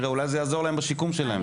אולי זה יעזור להם בשיקום שלהם.